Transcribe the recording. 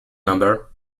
number